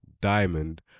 diamond